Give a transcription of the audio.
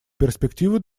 перспективу